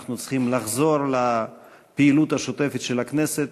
אנחנו צריכים לחזור לפעילות השוטפת של הכנסת.